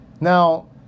Now